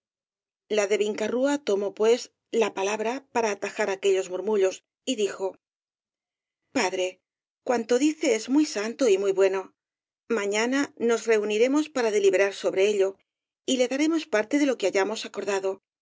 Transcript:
la de vinca rúa tomó pues la palabra para atajar aquellos murmullos y dijo padre cuanto dice es muy santo y muy bueno mañana nos reuniremos para deliberar sobre ello y le tomo i v rosalía d e castro daremos parte de lo que hayamos acordado